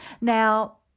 Now